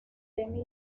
demi